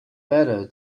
better